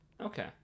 Okay